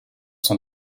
sont